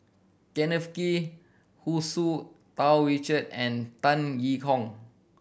Kenneth Kee Hu Tsu Tau Richard and Tan Yee Hong